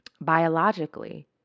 Biologically